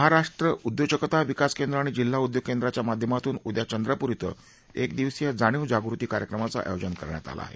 महाराष्ट्र उद्योजकता विकास केंद्र आणि जिल्हा उद्योग केंद्राच्या माध्यमातून उद्या चंद्रपूर क्रि क्रिदिवसीय जाणीव जागृती कार्यक्रमाचं आयोजन करण्यात आलं आहे